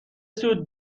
سوت